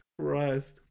Christ